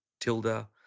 Tilda